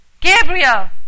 Gabriel